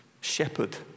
shepherd